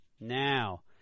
Now